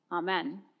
Amen